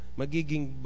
magiging